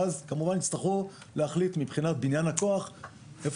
ואז יצטרכו כמובן להחליט מבחינת הכוח איפה